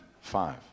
five